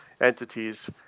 entities